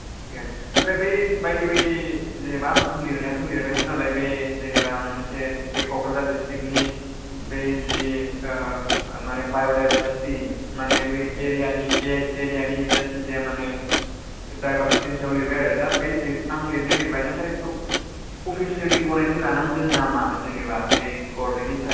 yes ओमफ्राय बे बायदि बायदि जेनोबा आं थ' लिरनायाथ' लिरबायमोन नालाय बे जेनोबा मोनसे बे क'क्राझार दिस्ट्रिकनि बे जे माने बाय'दायबारसिटि माने बे एरियानि एरियानि जायखिजाया माने दायबारसिटिनि सायाव लिरबाय आरो दा बे आं लिरनाया लिरबाय नाथाय बेखौ अफिसियेलि गनायथि लानांगोन नामा जेनोबा ऐ गभरमेन्टनिफ्राय